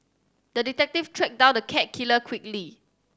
the detective tracked down the cat killer quickly